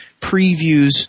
previews